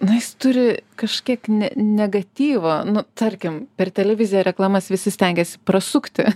na jis turi kažkiek ne negatyvo nu tarkim per televiziją reklamas visi stengiasi prasukti